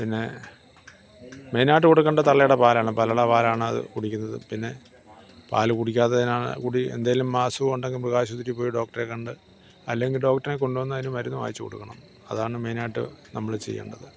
പിന്നെ മെയിൻ ആയിട്ട് കൊടുക്കേണ്ടത് തള്ളയുടെ പാലാണ് തള്ളയുടെ പാലാണ് അത് കുടിക്കുന്നത് പിന്നെ പാല് കുടിക്കാത്തതിന് ആണെങ്കിൽ കൂടി എന്തെങ്കിലും അസുഖം ഉണ്ടെങ്കിൽ മൃഗാശുപത്രിയിൽ പോയി ഡോക്ടറെ കണ്ട് അല്ലെങ്കിൽ ഡോക്ടറെ കൊണ്ട് വന്ന് അതിന് മരുന്ന് വാങ്ങിച്ച് കൊടുക്കണം അതാണ് മെയിൻ ആയിട്ട് നമ്മള് ചെയ്യേണ്ടത്